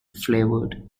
flavoured